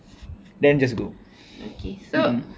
then just go mmhmm